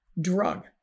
drug